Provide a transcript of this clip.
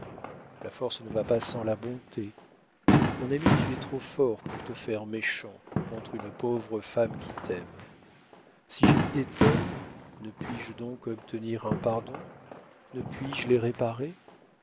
la force ne va pas sans la bonté mon ami tu es trop fort pour te faire méchant contre une pauvre femme qui t'aime si j'ai eu des torts ne puis-je donc obtenir un pardon ne puis-je les réparer